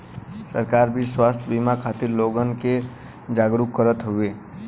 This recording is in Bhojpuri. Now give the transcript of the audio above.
सरकार भी स्वास्थ बिमा खातिर लोगन के जागरूक करत हउवे